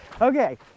Okay